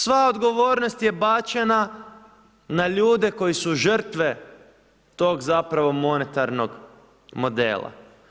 Sva odgovornost je bačena na ljude koji su žrtve tog zapravo monetarnog modela.